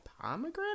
pomegranate